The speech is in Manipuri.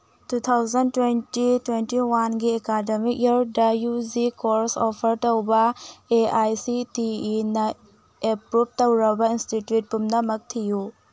ꯇꯨ ꯊꯥꯎꯖꯟ ꯇ꯭ꯋꯦꯟꯇꯤ ꯇ꯭ꯋꯦꯟꯇꯤ ꯋꯥꯟꯒꯤ ꯑꯦꯀꯥꯗꯃꯤꯛ ꯏꯌꯔꯗ ꯌꯨ ꯖꯤ ꯀꯣꯔ꯭ꯁ ꯑꯣꯐꯔ ꯇꯧꯕ A I C T E ꯑꯦꯄ꯭ꯔꯨꯕ ꯇꯧꯔꯕ ꯏꯟꯁꯇꯤꯇ꯭ꯌꯨꯠ ꯄꯨꯝꯅꯃꯛ ꯊꯤꯌꯨ